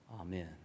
Amen